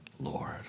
Lord